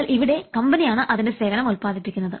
എന്നാൽ ഇവിടെ കമ്പനിയാണ് അതിൻറെ സേവനം ഉൽപാദിപ്പിക്കുന്നത്